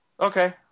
Okay